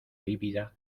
lívida